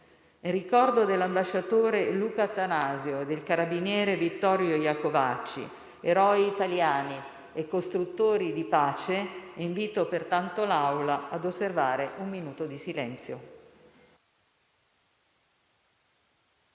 ricordo dell'ambasciatore Luca Attanasio e del carabiniere Vittorio Iacovacci, eroi italiani e costruttori di pace, invito pertanto l'Assemblea a osservare un minuto di silenzio.